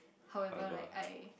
however like I